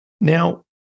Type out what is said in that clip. Now